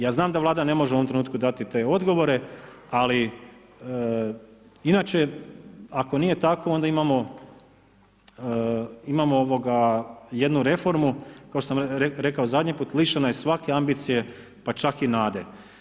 Ja znam da Vlada ne može u ovom trenutku dati te odgovore, ali inače ako nije tako onda imamo jednu reformu kao što sam rekao zadnji put, lišena je svake ambicije pa čak i nade.